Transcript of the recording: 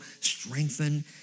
strengthen